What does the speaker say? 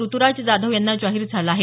ऋत्राज जाधव यांना जाहीर झाला आहे